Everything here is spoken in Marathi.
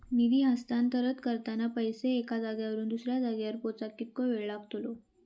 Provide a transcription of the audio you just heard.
निधी हस्तांतरण करताना पैसे एक्या जाग्यावरून दुसऱ्या जाग्यार पोचाक कितको वेळ लागतलो?